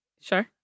Sure